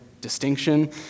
distinction